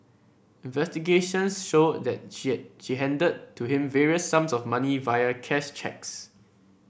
investigations showed that she she handed to him various sums of money via cash cheques